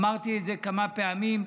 ואמרתי את זה כמה פעמים: